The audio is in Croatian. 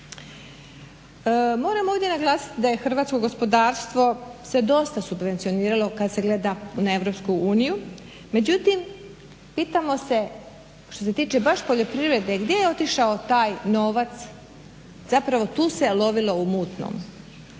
Moram ovdje naglasiti da je hrvatsko gospodarstvo se dosta subvencioniralo kad se gleda na Europsku uniju, međutim pitamo se što se tiče baš poljoprivrede gdje je otišao taj novac, zapravo tu se lovilo u mutnom.